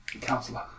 Counselor